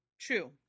true